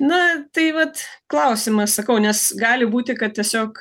na tai vat klausimas sakau nes gali būti kad tiesiog